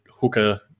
hooker